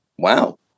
wow